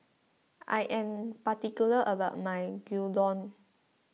I am particular about my Gyudon